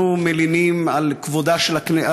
אנחנו מלינים על כבודה של הכנסת,